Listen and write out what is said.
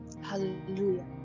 hallelujah